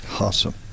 awesome